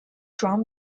drawn